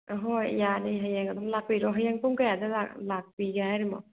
ꯍꯣꯏ ꯌꯥꯅꯤ ꯍꯌꯦꯡ ꯑꯗꯨꯝ ꯂꯥꯛꯄꯤꯔꯣ ꯍꯌꯦꯡ ꯄꯨꯡ ꯀꯌꯥꯗ ꯂꯥꯛꯄꯤꯒꯦ ꯍꯥꯏꯔꯤꯅꯣ